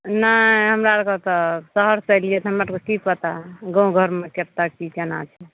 नहि हमरा आरके तऽ शहर से एलिऐ हमरा आरके की पता गाँव घरमे कत्ते की केना छै